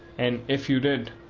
an' if you did,